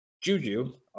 Juju